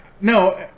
no